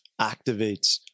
activates